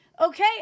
okay